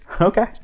Okay